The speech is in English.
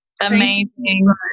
Amazing